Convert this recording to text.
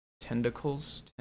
Tentacles